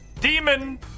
demon